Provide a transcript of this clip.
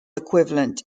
equivalent